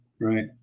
right